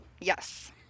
Yes